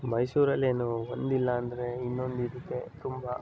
ಮೈಸೂರಲ್ಲೇನು ಒಂದಿಲ್ಲ ಅಂದರೆ ಇನ್ನೊಂದಿರುತ್ತೆ ತುಂಬ